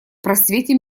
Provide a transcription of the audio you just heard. просвете